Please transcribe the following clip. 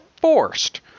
forced